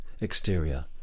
Exterior